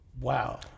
Wow